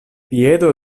piedo